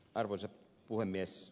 arvoisa puhemies